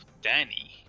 Danny